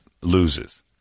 loses